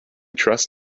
trust